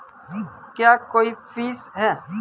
क्या कोई फीस है?